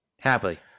Happily